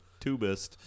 tubist